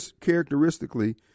characteristically